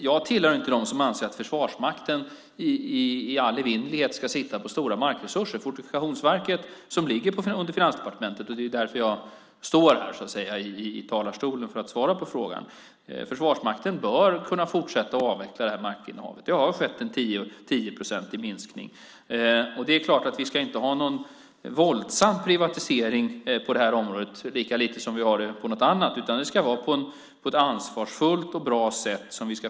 Jag tillhör inte dem som anser att Försvarsmakten i all evinnerlighet ska sitta på stora markresurser. Fortifikationsverket ligger under Finansdepartementet, och det är därför jag står här i talarstolen för att svara på frågan. Försvarsmakten bör kunna fortsätta att avveckla det här markinnehavet. Det har skett en minskning med 10 procent. Vi ska inte ha någon våldsam privatisering på det här området, lika lite som vi har det på något annat område, utan vi ska förvalta statens resurser på ett ansvarsfullt och bra sätt.